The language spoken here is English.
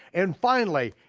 and finally,